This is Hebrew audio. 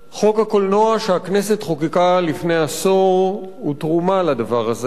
חוק הקולנוע שהכנסת חוקקה לפני עשור הוא תרומה לדבר הזה,